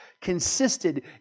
consisted